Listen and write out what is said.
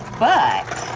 but